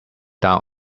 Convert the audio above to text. down